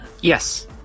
Yes